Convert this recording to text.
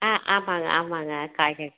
ஆ ஆமாங்க ஆமாங்க காய்கறி